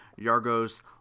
Yargos